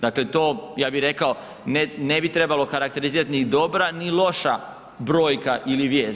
Dakle, to ja bi rekao ne bi trebalo karakterizirati ni dobra, ni loša brojka ili vijest.